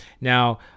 Now